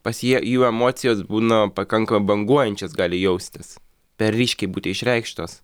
pas jie jų emocijos būna pakanka banguojančios gali jaustis per ryškiai būti išreikštos